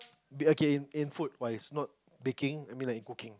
b~ okay in in food wise not baking but I mean like in cooking